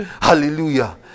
Hallelujah